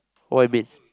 what you mean